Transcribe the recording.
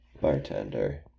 bartender